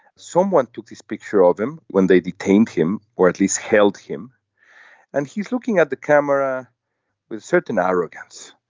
someone took this picture of him when they detained him or at least held him and he's looking at the camera with certain arrogance.